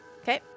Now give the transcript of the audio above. Okay